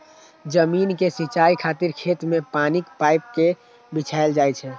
जमीन के सिंचाइ खातिर खेत मे पानिक पाइप कें बिछायल जाइ छै